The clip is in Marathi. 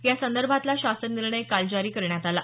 यासंदर्भातला शासन निर्णय काल जारी करण्यात आला